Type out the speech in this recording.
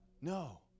No